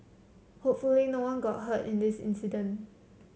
hopefully no one got hurt in this incident